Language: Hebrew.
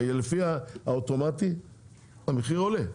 לפי האוטומטי המחיר עולה,